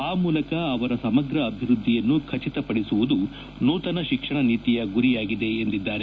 ಆ ಮೂಲಕ ಅವರ ಸಮಗ್ರ ಅಭಿವೃದ್ಧಿಯನ್ನು ಖಚಿತಪಡಿಸುವುದು ನೂತನ ಶಿಕ್ಷಣ ನೀತಿಯ ಗುರಿಯಾಗಿದೆ ಎಂದಿದ್ದಾರೆ